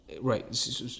Right